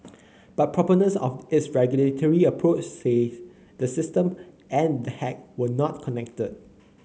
but proponents of its regulatory approach say the system and the hack were not connected